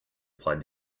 replied